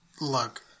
Look